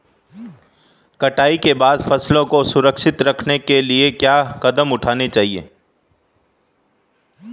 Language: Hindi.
कटाई के बाद फसलों को संरक्षित करने के लिए क्या कदम उठाने चाहिए?